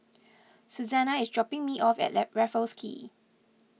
Susana is dropping me off at Raffles Quay